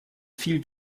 viel